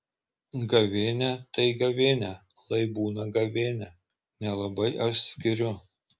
gavėnia tai gavėnia lai būna gavėnia nelabai aš skiriu